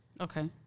Okay